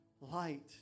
light